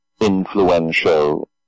influential